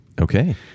Okay